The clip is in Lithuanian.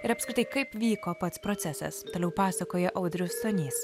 ir apskritai kaip vyko pats procesas toliau pasakoja audrius stonys